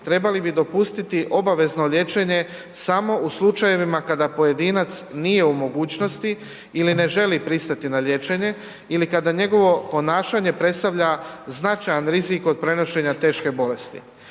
trebali bi dopustiti obavezno liječenje samo u slučajevima kada pojedinac nije u mogućnosti ili ne želi pristati na liječenje ili kada njegovo ponašanje predstavlja značajan rizik od prenošenja teške bolesti.